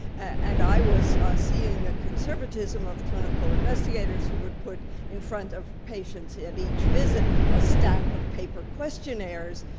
and i was seeing the conservatism of clinical investigators who would put in front of patients at each visit a stack of paper questionnaires,